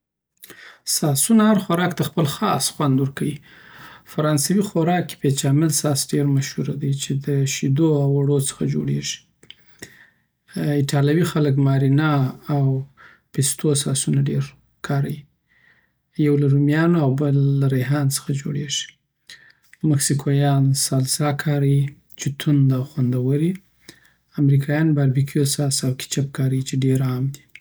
ساسونه هر خوراک ته خپل خاص خوند ورکیی فرانسوي خوارک کې بیچامل ساس ډېر مشهوره دی، چی د شیدو او وړو څخه جوړېږي. ایټالوي خلک مارینارا او پیسټو ساسونه ډېر کاروي، یو له رومیانو او بل له ریحان څخه جوړېږي. مکسیکویان سالسا کاروي، چی تند او خوندوریی امریکایان باربیکیو ساس او کیچپ کاریی، چی ډېر عام دي.